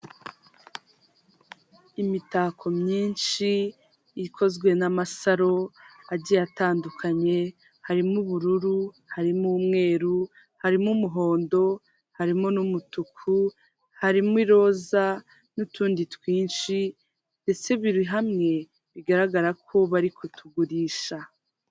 Imitako myinshi ikozwe n'amasaro agiye atandukanye; harimo ubururu, harimo umweru, harimo umuhondo, harimo n'umutuku, harimo iroza n'utundi twinshi ndetse biri hamwe bigaragara ko bari kutugurisha.